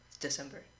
December